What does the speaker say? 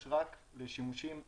אלא רק לשימושים אזרחיים.